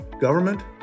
government